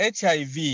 HIV